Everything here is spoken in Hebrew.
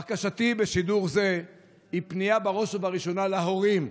בקשתי בשידור זה היא פנייה בראש ובראשונה להורים,